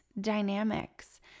dynamics